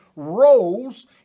Roles